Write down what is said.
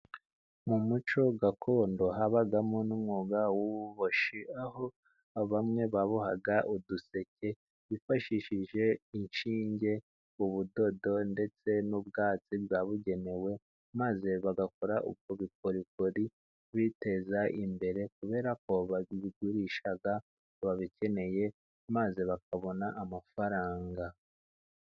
Mu muco gakondo habagamo n'umwuga w'ububoshyi, aho bamwe babohaga uduseke bifashishije inshinge, ubudodo ndetse n'ubwatsi bwabugenewe, maze bagakora Ubwo bukorikori biteza imbere, kubera ko babigurishaga ababikeneye maze bakabona amafaranga.